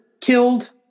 killed